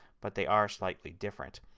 but they are slightly different.